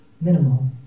minimal